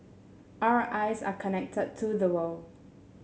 our eyes are connected to the world